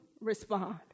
respond